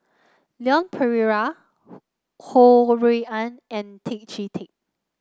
Leon Perera Ho Rui An and Tan Chee Teck